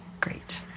great